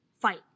fight